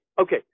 Okay